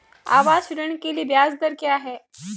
आवास ऋण के लिए ब्याज दर क्या हैं?